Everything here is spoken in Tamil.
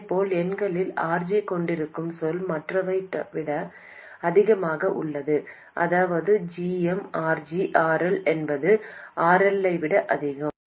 இதேபோல் எண்களில் RG கொண்டிருக்கும் சொல் மற்றவற்றை விட அதிகமாக உள்ளது அதாவது gm RGRL என்பது RL ஐ விட அதிகம்